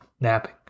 napping